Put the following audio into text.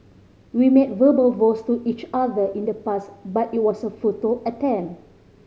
we made verbal vows to each other in the past but it was a futile attempt